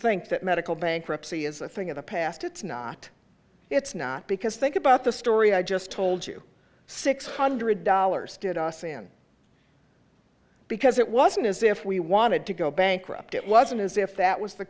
think that medical bankruptcy is a thing of the past it's not it's not because think about the story i just told you six hundred dollars did us in because it wasn't as if we wanted to go bankrupt it wasn't as if that was the